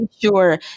sure